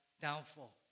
downfall